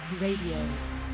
Radio